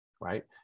right